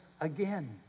Again